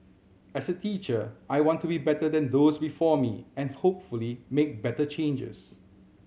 as a teacher I want to be better than those before me and hopefully make better changes